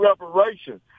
reparations